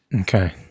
Okay